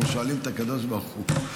אנחנו שואלים את הקדוש ברוך הוא.